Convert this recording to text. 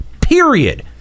Period